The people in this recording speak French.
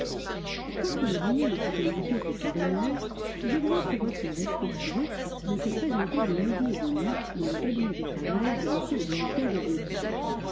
quoique le dîner ne fût indiqué que pour une heure julien trouva plus respectueux de se présenter dès midi et demi dans le cabinet de travail de m le directeur du dépôt